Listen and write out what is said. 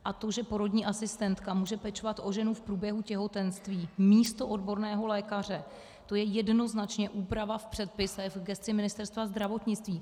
A to, že porodní asistentka může pečovat o ženu v průběhu těhotenství místo odborného lékaře, to je jednoznačně úprava v předpisech v gesci Ministerstva zdravotnictví.